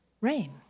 rain